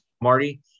Marty